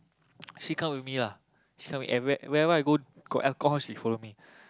she come with me lah she come with everywhere wherever I go got alcohol she follow me